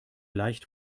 leicht